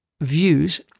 views